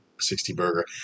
60-burger